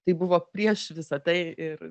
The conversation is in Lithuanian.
tai buvo prieš visa tai ir